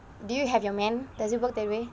do you have your man does it work that way